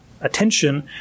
attention